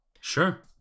Sure